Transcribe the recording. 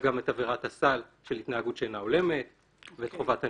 גם את עבירת הסל של התנהגות שאינה הולמת ואת חובת הנאמנות.